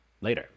Later